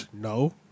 no